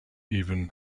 even